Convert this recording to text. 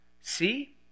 See